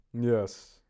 yes